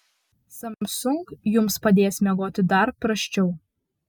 samsung jums padės miegoti dar prasčiau